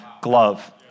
glove